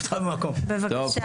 בבקשה.